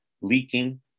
leaking